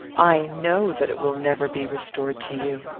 i know that it will never be restored to you.